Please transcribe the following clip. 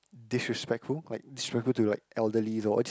disrespectful like disrespectful to like elderly though I just